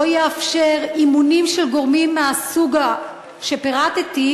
לא יאפשר אימונים של גורמים מהסוג שפירטתי,